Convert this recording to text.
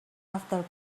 after